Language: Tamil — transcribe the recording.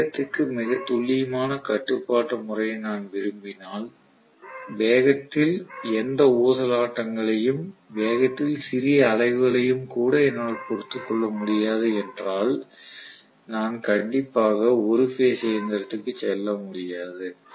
வேகத்திற்கான மிகத் துல்லியமான கட்டுப்பாட்டு முறையை நான் விரும்பினால் வேகத்தில் எந்த ஊசலாட்டங்களையும் வேகத்தில் சிறிய அலைவுகளையும் கூட என்னால் பொறுத்துக்கொள்ள முடியாது என்றால் நான் கண்டிப்பாக ஒரு பேஸ் இயந்திரத்திற்கு செல்ல முடியாது